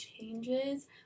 changes